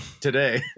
today